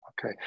okay